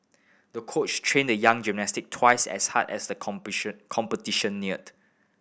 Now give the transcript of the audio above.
the coach trained the young gymnast twice as hard as the competition neared